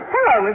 Hello